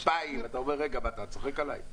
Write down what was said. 2,000, אתה אומר: רגע, אתה צוחק עליי?